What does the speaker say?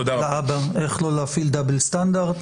להבא איך לא להפעיל דאבל סטנדרט,